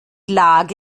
lage